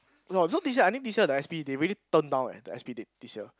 no so this year I think this year the s_p they really turn down eh the s_p did this year